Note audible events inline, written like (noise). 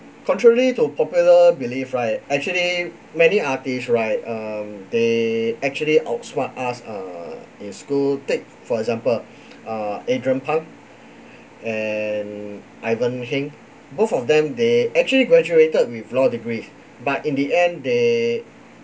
contrary to popular belief right actually many artists right um they actually outsmart us err in school take for example (breath) ah adrian pang and ivan heng both of them they actually graduated with law degree but in the end they